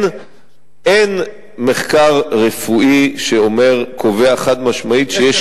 אין מחקר רפואי שקובע חד-משמעית שיש